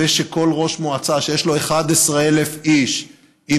ושכל ראש מועצה שיש לו 11,000 איש עם